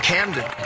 Camden